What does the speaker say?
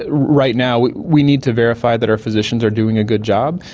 ah right now we need to verify that our physicians are doing a good job,